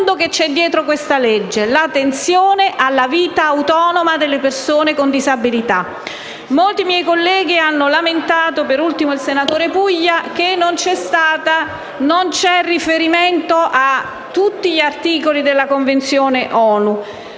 vi sia riferimento a tutti gli articoli della Convenzione